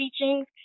teachings